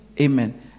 Amen